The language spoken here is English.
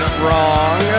wrong